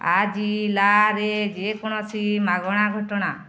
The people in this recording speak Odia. ରେ ଯେକୌଣସି ମାଗଣା ଘଟଣା